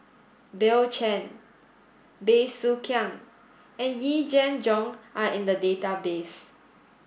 Bill Chen Bey Soo Khiang and Yee Jenn Jong are in the database